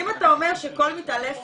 אם אתה אומר שכל מתעלפת,